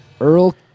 Earl